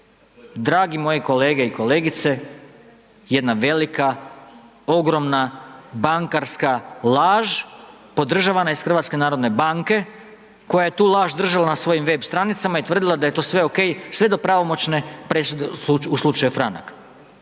dragi moji kolege i kolegice, jedna velika, ogromna, bankarska laž podržavana iz Hrvatske narodne banke, koja je tu laž držala na svojim web stranicama i tvrdila da je to sve ok, sve do pravomoćne presude u Slučaju Franak.